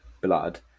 blood